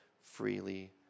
freely